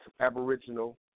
Aboriginal